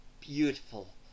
beautiful